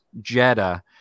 Jetta